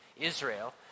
Israel